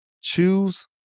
Choose